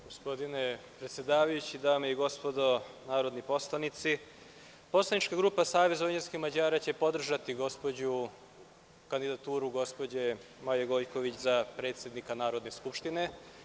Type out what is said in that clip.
Gospodine predsedavajući, dame i gospodo narodni poslanici, poslanička grupa SVM će podržati kandidaturu gospođe Maje Gojković za predsednika Narodne skupštine.